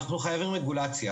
אנחנו חייבים רגולציה.